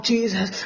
Jesus